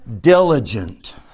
Diligent